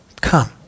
come